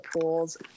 pools